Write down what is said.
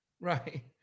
right